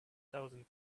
thousand